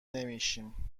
نمیشیم